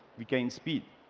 we gain speed.